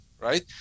right